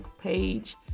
page